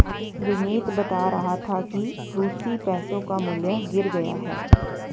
विनीत बता रहा था कि रूसी पैसों का मूल्य गिर गया है